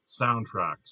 soundtracks